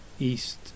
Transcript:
east